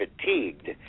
fatigued